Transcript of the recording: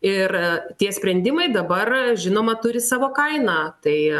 ir tie sprendimai dabar žinoma turi savo kainą tai